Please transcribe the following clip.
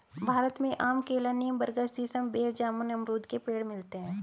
भारत में आम केला नीम बरगद सीसम बेर जामुन अमरुद के पेड़ मिलते है